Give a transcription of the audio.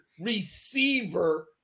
receiver